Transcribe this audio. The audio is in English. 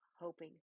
hoping